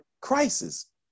crisis